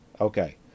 Okay